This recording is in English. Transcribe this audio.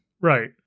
Right